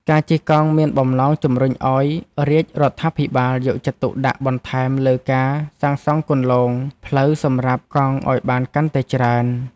ការជិះកង់មានបំណងជម្រុញឱ្យរាជរដ្ឋាភិបាលយកចិត្តទុកដាក់បន្ថែមលើការសាងសង់គន្លងផ្លូវសម្រាប់កង់ឱ្យបានកាន់តែច្រើន។